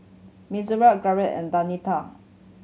Mitzi Gaige and Denita